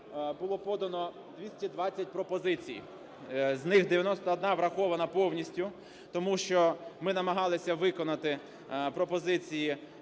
було подано 220 пропозицій, з них 91 врахована повністю. Тому що ми намагалися виконати проектів,